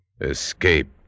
Escape